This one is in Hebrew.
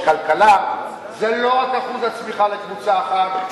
שכלכלה זה לא רק אחוז הצמיחה לקבוצה אחת,